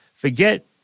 Forget